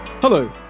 Hello